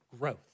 growth